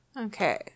Okay